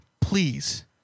please